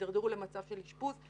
ידרדרו למצב של אשפוז.